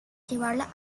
llevarla